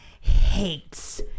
hates